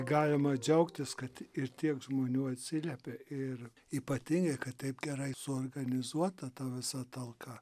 galima džiaugtis kad ir tiek žmonių atsiliepė ir ypatingai kad taip gerai suorganizuota ta visa talka